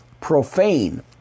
profane